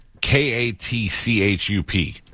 K-A-T-C-H-U-P